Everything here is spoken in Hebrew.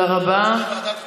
ועדת חוקה.